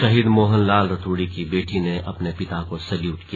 शहीद मोहनलाल रतूड़ी की बेटी ने अपने पिता को सैल्यूट किया